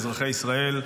אזרחי ישראל,